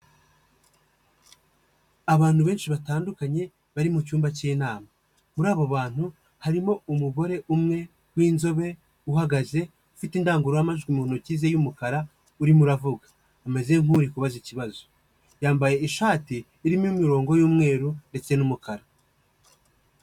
Abantu benshi batandukanye, bari mu cyumba cy'inama, muri abo bantu harimo umugore umwe w'inzobe uhagaze, ufite indangururamajwi mu ntoki ze y'umukara urimo uravoga, ameze nk'uri kubaza ikibazo, yambaye ishati irimo imirongo y'umweru ndetse n'umukara.